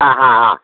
ആ ആ ആ